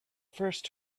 first